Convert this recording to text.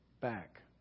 back